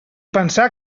pensar